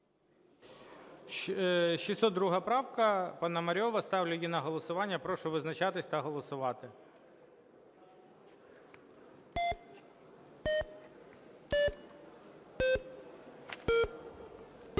602 правка Пономарьова. Ставлю її на голосування. Прошу визначатись та голосувати.